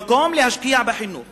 במקום להשקיע בחינוך